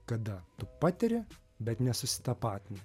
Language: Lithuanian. kada tu patiri bet nesusitapatinti